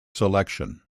selection